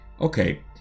okay